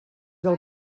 del